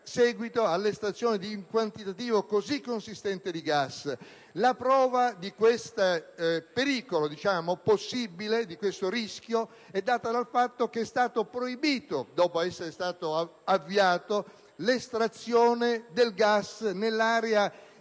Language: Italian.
seguito all'estrazione di un quantitativo così consistente di gas. La prova dell'esistenza di questo rischio è data dal fatto che è stata proibita, dopo essere stata avviata, l'estrazione del gas nell'area